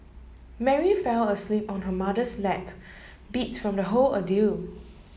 Mary fell asleep on her mother's lap beat from the whole ordeal